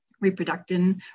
reproductive